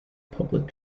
public